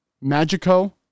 Magico